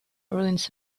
ruins